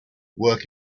work